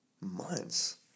months